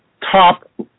top